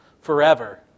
forever